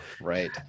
right